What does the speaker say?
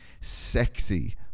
sexy